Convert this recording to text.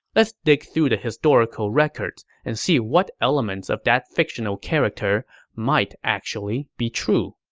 let's dig through the historical records and see what elements of that fictional character might actually be true